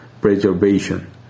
preservation